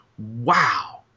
wow